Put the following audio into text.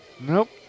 nope